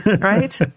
Right